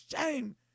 shame